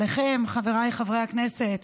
עליכם, חבריי חברי הכנסת.